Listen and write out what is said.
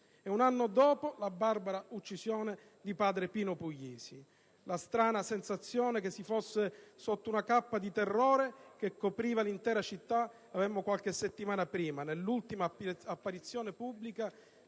un anno dopo, la barbara uccisione di padre Pino Puglisi. La strana sensazione che si fosse sotto una cappa di terrore che copriva l'intera città l'avemmo qualche settimana prima, nell'ultima apparizione pubblica